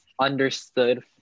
understood